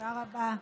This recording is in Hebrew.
תודה רבה.